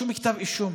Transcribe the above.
שום כתב אישום.